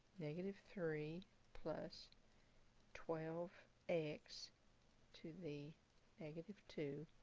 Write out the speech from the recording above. negative three plus twelve x to the negative two.